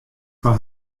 foar